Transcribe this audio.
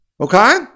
Okay